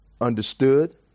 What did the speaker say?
understood